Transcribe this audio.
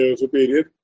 superior